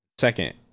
second